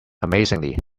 amazingly